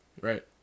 Right